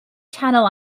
channel